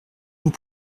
vous